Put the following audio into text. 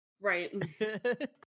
Right